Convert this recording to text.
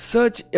Search